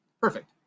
perfect